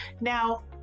now